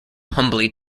humbly